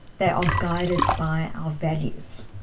they are guided by our values.